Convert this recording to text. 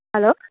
hello